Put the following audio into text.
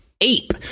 ape